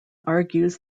argues